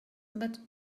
but